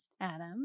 Adam